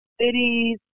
cities